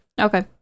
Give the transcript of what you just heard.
Okay